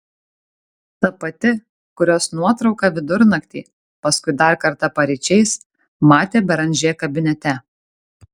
ta pati kurios nuotrauką vidurnaktį paskui dar kartą paryčiais matė beranžė kabinete